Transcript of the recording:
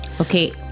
Okay